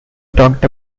talked